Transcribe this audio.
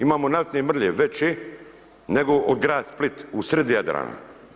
Imamo naftne mrlje veće nego grad Split usred Jadrana.